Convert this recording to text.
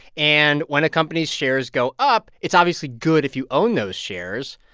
and when a company's shares go up, it's obviously good if you own those shares.